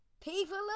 People